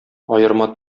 аерма